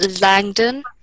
langdon